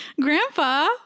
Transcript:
grandpa